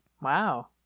Wow